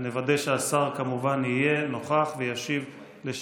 ונוודא כמובן שהשר יהיה נוכח וישיב על שאלתך.